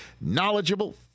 knowledgeable